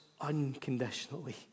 unconditionally